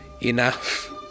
enough